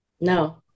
No